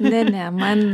ne ne man